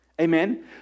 Amen